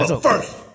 First